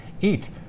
eat